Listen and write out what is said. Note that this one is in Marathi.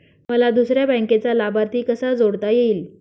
मला दुसऱ्या बँकेचा लाभार्थी कसा जोडता येईल?